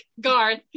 Garth